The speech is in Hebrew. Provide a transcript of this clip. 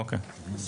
כן.